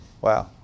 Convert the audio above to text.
Wow